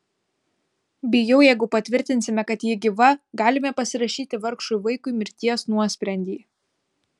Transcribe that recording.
bijau jeigu patvirtinsime kad ji gyva galime pasirašyti vargšui vaikui mirties nuosprendį